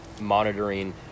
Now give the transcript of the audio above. monitoring